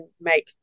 make